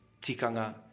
tikanga